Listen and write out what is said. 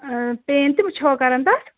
PAN تہِ ما چھَو کَران تَتھ